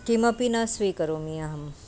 किमपि न स्वीकरोमि अहम्